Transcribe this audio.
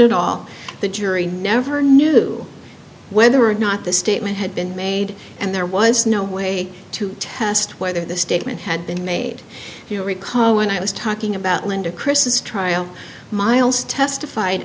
it all the jury never knew whether or not the statement had been made and there was no way to test whether the statement had been made you recall when i was talking about linda chris's trial miles testified